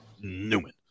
Newman